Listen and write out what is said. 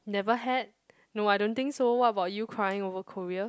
never had no I don't think so what about you crying over Korea